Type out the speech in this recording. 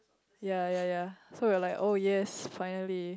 yea yea yea so we're like oh yes finally